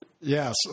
Yes